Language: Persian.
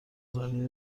زنه